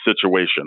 situation